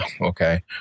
Okay